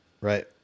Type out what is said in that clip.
right